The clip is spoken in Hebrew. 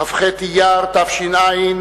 כ"ח באייר תש"ע,